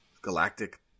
galactic